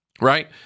right